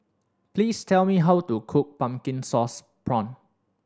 please tell me how to cook pumpkin sauce prawn